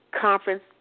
Conference